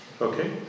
Okay